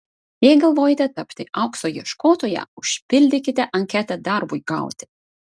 jei galvojate tapti aukso ieškotoja užpildykite anketą darbui gauti